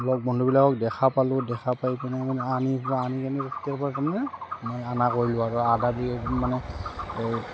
মানে লগৰ বন্ধুবিলাকক দেখা পালোঁ দেখা পাই পিনেই মানে আনি আনি কেনে তেতিয়াৰপৰা তাৰমানে অনা কৰিলোঁ আৰু আদা দি মানে এই